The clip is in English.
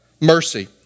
mercy